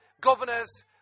governors